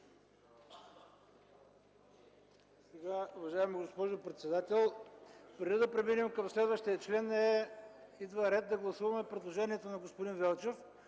(ДПС): Уважаема госпожо председател, преди да преминем към следващия член, идва ред да гласуваме предложението на господин Велчев,